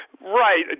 Right